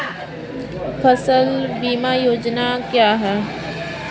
फसल बीमा योजना क्या है?